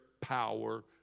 power